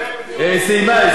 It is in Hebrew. היא סיימה.